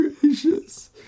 gracious